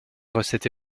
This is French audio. recette